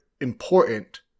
important